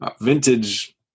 vintage